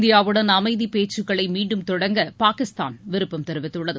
இந்தியாவுடன் அமைதிப்பேச்சுக்களை மீண்டும் தொடங்க பாகிஸ்தான் விருப்பம் தெரிவித்துள்ளது